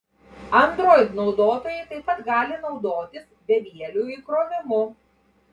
android naudotojai taip pat gali naudotis bevieliu įkrovimu